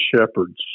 shepherds